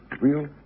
Real